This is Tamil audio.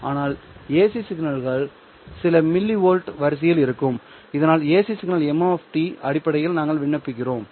ஆனால் ஏசி சிக்னல்கள் சில மில்லி வோல்ட் வரிசையில் இருக்கும் இதனால் ஏசி சிக்னல் m அடிப்படையில் நாங்கள் விண்ணப்பிக்கிறோம்